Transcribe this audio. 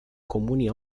comuni